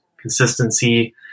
consistency